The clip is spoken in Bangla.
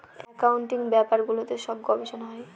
একাউন্টিং ব্যাপারগুলোতে সব গবেষনা হয়